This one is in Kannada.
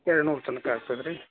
ಏಳ್ನೂರು ತನಕ ಆಗ್ತದಾ ರೀ